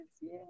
yes